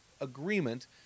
agreement